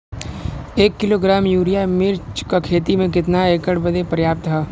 एक kilogram urea मिर्च क खेती में कितना एकड़ बदे पर्याप्त ह?